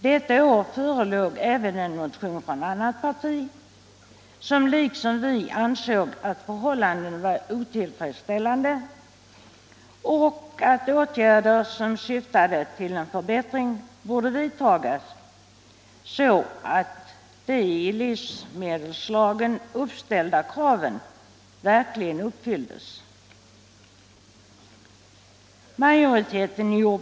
Detta år förelåg även en motion från annat parti, som liksom vi ansåg att förhållandena var otillfredsställande och att åtgärder som syftade till en förbättring borde vidtagas så att de i livsmedelslagen uppställda kraven verkligen uppfylldes.